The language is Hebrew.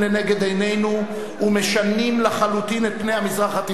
עינינו ומשנים לחלוטין את פני המזרח התיכון.